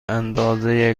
اندازه